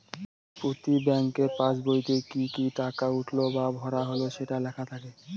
প্রতি ব্যাঙ্কের পাসবইতে কি কি টাকা উঠলো বা ভরা হল সেটা লেখা থাকে